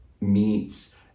meets